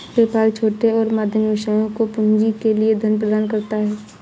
PayPal छोटे और मध्यम व्यवसायों को पूंजी के लिए धन प्रदान करता है